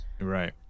right